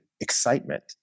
excitement